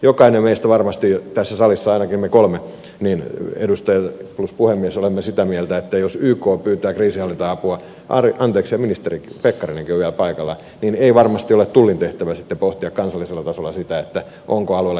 jokainen meistä varmasti tässä salissa ainakin me kolme edustajat plus puhemies olemme sitä mieltä että jos yk pyytää kriisinhallinta apua anteeksi ministeri pekkarinenkin on vielä paikalla niin ei varmasti ole tullin tehtävä sitten pohtia kansallisella tasolla sitä onko alueella kriisi vai ei